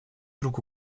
руку